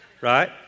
right